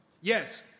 Yes